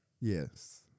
Yes